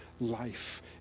life